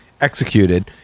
executed